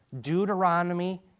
Deuteronomy